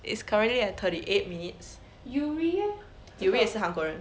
is currently at thirty eight minutes uri 也是韩国人